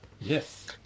yes